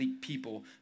people